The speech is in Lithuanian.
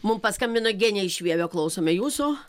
mum paskambino genė iš vievio klausome jūsų